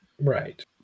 Right